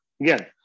Again